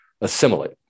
assimilate